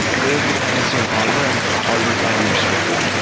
there is dependency on hardware and hardware can be restricted.